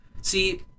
See